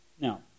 Now